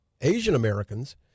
Asian-Americans